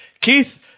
Keith